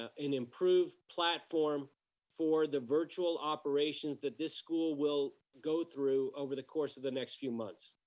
and improved platform for the virtual operations that this school will go through over the course of the next few months.